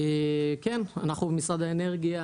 אנחנו במשרד האנרגיה